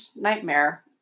nightmare